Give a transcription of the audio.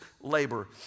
labor